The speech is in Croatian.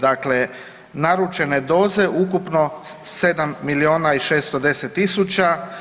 Dakle, naručene doze ukupno 7 miliona i 610 tisuća.